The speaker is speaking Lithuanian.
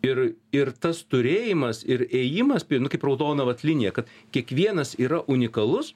ir ir tas turėjimas ir ėjimas nu kaip raudona vat linija kad kiekvienas yra unikalus